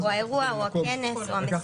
או האירוע או הכנס או המסיבה.